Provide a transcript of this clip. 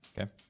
Okay